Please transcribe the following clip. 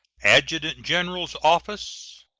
adjutant-general's office,